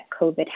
COVID